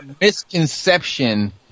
misconception